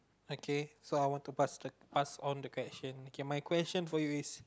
okay so I want to passed pass on the question can my question for you is